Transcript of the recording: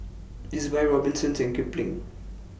Ezbuy Robinsons and Kipling